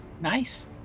Nice